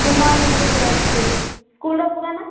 ଗୁମା Gundariguda school ସ୍କୁଲ୍ର ପୁରା ନାଁ